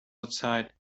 outside